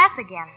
again